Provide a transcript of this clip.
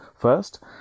First